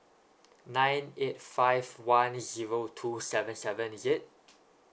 nine eight five one zero two seven seven is it